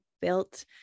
built